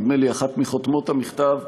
נדמה לי אחת מחותמות המכתב,